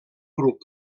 grup